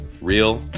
real